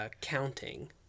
counting